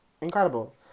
incredible